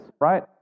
right